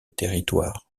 territoire